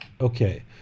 Okay